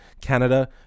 Canada